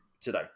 today